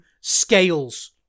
scales